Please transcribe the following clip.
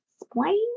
explain